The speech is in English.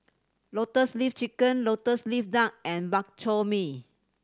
Lotus Leaf Chicken Lotus Leaf Duck and Bak Chor Mee